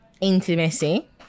intimacy